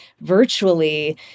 Virtually